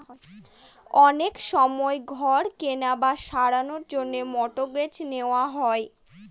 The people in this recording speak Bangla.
অনেক সময় ঘর কেনার বা সারানোর জন্য মর্টগেজ নেওয়া হয়